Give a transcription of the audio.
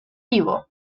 vivo